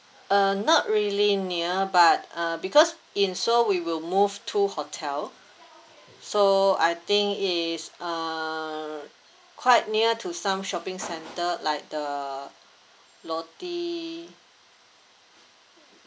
uh not really near but uh because in seoul we will move two hotel so I think it's uh quite near to some shopping centre like the lotte